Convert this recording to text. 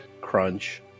crunch